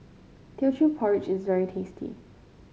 Teochew Porridge is very tasty